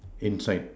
inside